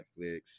netflix